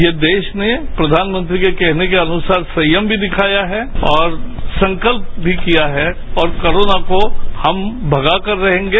ये देश ने प्रधानमंत्री के कहने के अनुसार संयम भी दिखाया है और संकल्प भी किया है और कोरोना को हम भगा कर रहेंगे